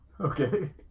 Okay